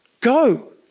Go